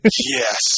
Yes